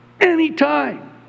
anytime